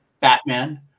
batman